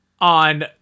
on